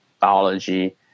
biology